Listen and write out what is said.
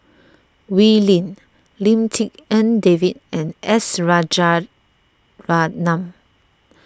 Wee Lin Lim Tik En David and S Rajaratnam